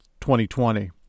2020